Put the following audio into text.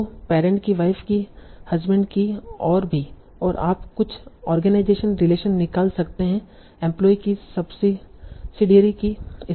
तो पैरेंट की वाइफ की हसबैंड की और भी और आप कुछ आर्गेनाइजेशन रिलेशन निकाल सकते हैं एम्प्लोयी की सब्सिडियरी की